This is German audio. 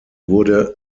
wurde